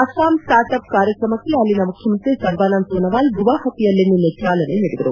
Assam start up ಕಾರ್ಯಕ್ರಮಕ್ಕೆ ಅಲ್ಲಿನ ಮುಖ್ಯಮಂತ್ರಿ ಸರ್ಬಾನಂದ್ ಸೋನೊವಾಲ್ ಗುವಾಪತಿಯಲ್ಲಿ ನಿನ್ನೆ ಚಾಲನೆ ನೀಡಿದರು